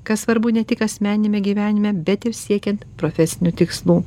kas svarbu ne tik asmeniniame gyvenime bet ir siekiant profesinių tikslų